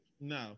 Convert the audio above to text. no